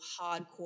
hardcore